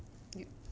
you